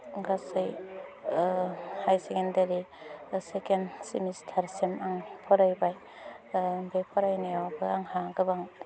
गासै हायेरसेकेन्डारि सेकेन्ड सेमिस्टारसिम आं फरायबाय बे फरायनायावबो आंहा गोबां